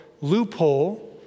loophole